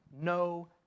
No